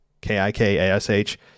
K-I-K-A-S-H